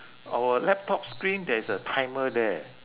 our laptop screen there is a timer there